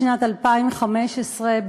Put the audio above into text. בשנת 2015,